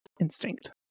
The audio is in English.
instinct